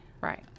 right